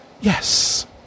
Yes